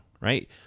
right